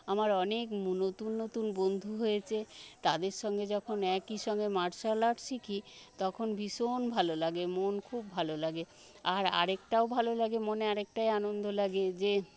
আমার অনেক নতুন নতুন বন্ধু হয়েছে তাদের সঙ্গে যখন একই সঙ্গে মার্শাল আর্ট শিখি তখন ভীষণ ভালো লাগে মন খুব ভালো লাগে আর আরেকটাও ভালো লাগে মনে আর একটাই আনন্দ লাগে যে